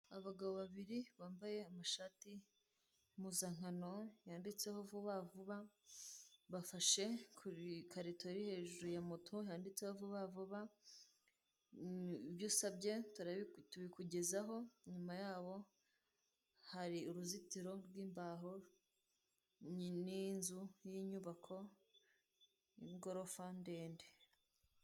Abagabo babiri bambaye amashati impuzankano yanditseho vubavuba bafashe ku bikarito biri hejuru ya moto handitseho vubavuba ibyo usabye tubikugezaho inyuma yaho hari uruzitiro rw'imbaho n'inzu y'inyubako igorofa ndende.